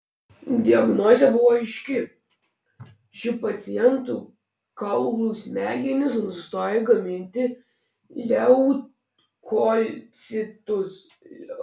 diagnozė buvo aiški šių pacientų kaulų smegenys nustojo gaminti leukocitus